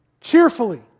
Cheerfully